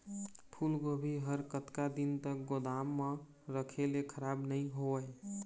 फूलगोभी हर कतका दिन तक गोदाम म रखे ले खराब नई होय?